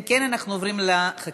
אם כן, אנחנו עוברים לחקיקה.